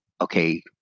Okay